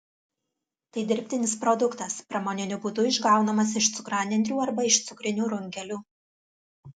tai dirbtinis produktas pramoniniu būdu išgaunamas iš cukranendrių arba iš cukrinių runkelių